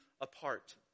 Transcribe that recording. apart